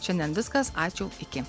šiandien viskas ačiū iki